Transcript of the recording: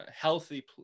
healthy